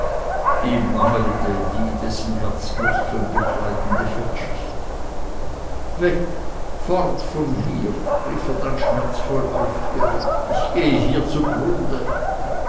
ihm mangelte die dessen herzmuskel bekleidende fettschicht weg fort von hier rief er dann schmerzvoll aufgeregt ich gehe hier zugrunde